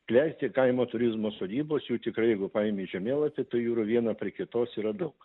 klesti kaimo turizmo sodybos jų tikrai jeigu paimi žemėlapį tai jų yra viena prie kitos yra daug